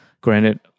Granted